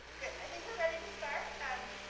good. i think we're ready to start. um